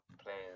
players